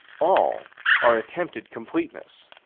all are attempted completenesses.